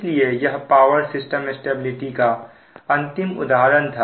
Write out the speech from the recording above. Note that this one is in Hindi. इसलिए यह पावर सिस्टम स्टेबिलिटी का अंतिम उदाहरण था